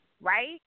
right